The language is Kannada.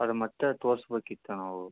ಅದು ಮತ್ತೆ ತೋರಿಸ್ಬೇಕಿತ್ತು ನಾವು